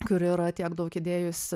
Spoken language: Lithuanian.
kuri yra tiek daug įdėjus